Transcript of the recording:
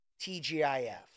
TGIF